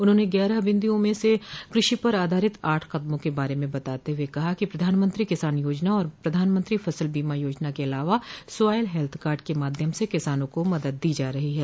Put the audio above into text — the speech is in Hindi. उन्होंने ग्यारह बिन्दुओं में से कृषि पर आधारित आठ कदमों के बारे में बताते हुए कहा कि प्रधानमंत्री किसान योजना और प्रधानमंत्री फसल बीमा योजना के अलावा स्वायल हेल्थ कार्ड के माध्यम से किसानों को मदद दी जा रही है